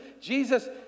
Jesus